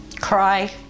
cry